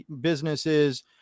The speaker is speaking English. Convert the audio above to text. businesses